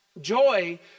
Joy